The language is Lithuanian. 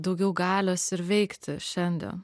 daugiau galios ir veikti šiandien